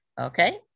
Okay